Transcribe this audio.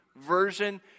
version